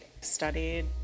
studied